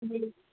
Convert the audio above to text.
جی